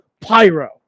pyro